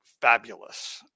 fabulous